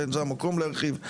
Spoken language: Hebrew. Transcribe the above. ואין זה המקום להרחיב.